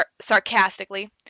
sarcastically